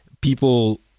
People